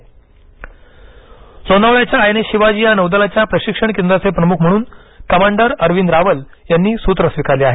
नियुक्ती लोणावळ्याच्या I N S Shivaji या नौदलाच्या प्रशिक्षण केंद्राचे प्रमुख म्हणून कमांडर अरविंद रावल यांनी सूत्र स्वीकारली आहेत